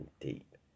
deep